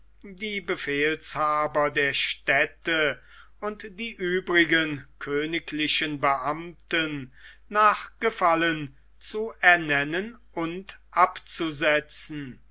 die befehlshaber der städte und die übrigen königlichen beamten nach gefallen zu ernennen und abzusetzen